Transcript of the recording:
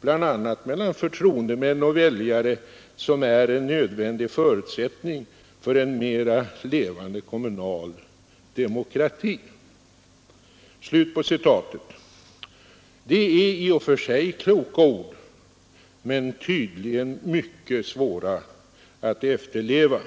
bl.a. mellan förtroendemän och väljare som är en nödvändig förutsättning för en mera levande kommunal demokrati.” Det är i och för sig kloka ord, men tydligen mycket svåra att efterleva.